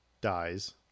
dies